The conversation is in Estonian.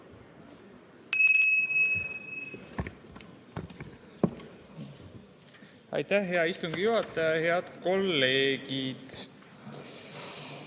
Aitäh! Hea istungi juhataja! Head kolleegid!